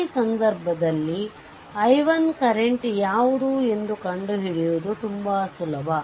ಈ ಸಂದರ್ಭದಲ್ಲಿ i1 current ಯಾವುದು ಎಂದು ಕಂಡುಹಿಡಿಯುವುದು ತುಂಬಾ ಸುಲಭ